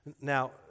Now